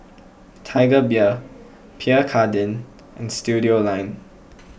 Tiger Beer Pierre Cardin and Studioline